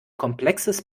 komplexes